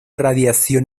radiación